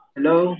Hello